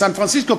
בסן-פרנסיסקו,